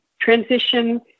transition